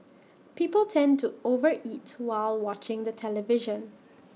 people tend to over eat while watching the television